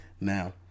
Now